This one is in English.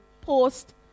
post